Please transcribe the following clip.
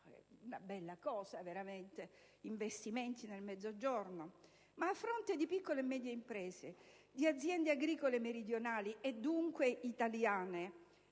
una bella cosa veramente, investimenti nel Mezzogiorno. A fronte di piccole e medie imprese, di aziende agricole meridionali, dunque italiane,